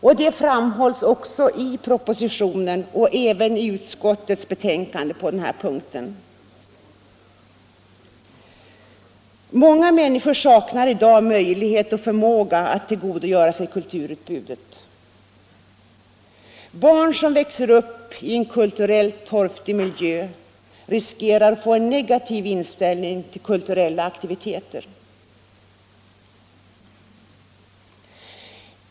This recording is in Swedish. Detta framhålls också i propositionen och även i utskottets betänkande på den här punkten. Många människor saknar i dag möjlighet och förmåga att tillgodogöra sig kulturutbudet. Barn som växer upp i en kulturellt torftig miljö riskerar att få en negativ inställning till kulturella aktiviteter.